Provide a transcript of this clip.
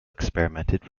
experimented